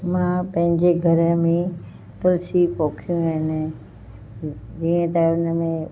मां पंहिंजे घर में तुलसी पोखियूं आहिनि जीअं त उन में